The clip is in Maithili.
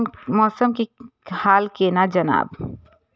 मौसम के हाल केना जानब?